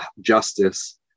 justice